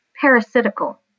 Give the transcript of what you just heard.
parasitical